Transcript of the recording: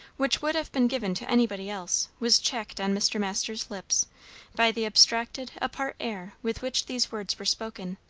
which would have been given to anybody else, was checked on mr. masters' lips by the abstracted, apart air with which these words were spoken.